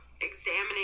examining